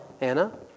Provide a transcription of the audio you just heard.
Anna